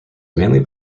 mainly